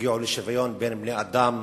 שהגיעו לשוויון בין בני-אדם